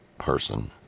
Person